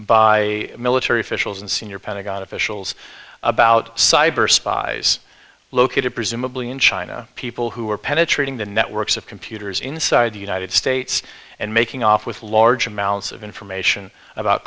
by military officials and senior pentagon officials about cyber spies located presumably in china people who were penetrating the networks of computers inside the united states and making off with large amounts of information about